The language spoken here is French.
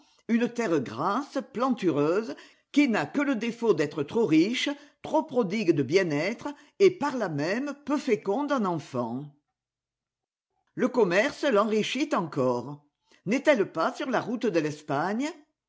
une terre grasse plantureuse qui n'a que le défaut d'être trop riche trop prodigue de bien-être et par là même peu féconde en enfants le commerce l'enrichit encore n'est-elle pas sur la route de l'espagne